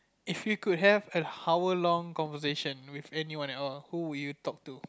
if you could have an hour long conversation with anyone else who would you talk to